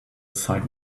site